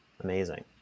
Amazing